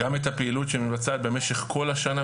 גם את הפעילות שמתבצעת במשך כל השנה,